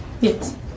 Yes